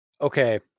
Okay